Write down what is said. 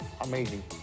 Amazing